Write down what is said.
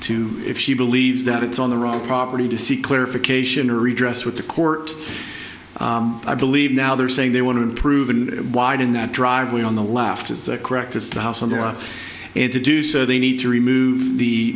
two if she believes that it's on the wrong property to seek clarification or redress with the court i believe now they are saying they want to improve and widen that driveway on the left is that correct as the house owner and to do so they need to remove the